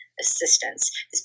assistance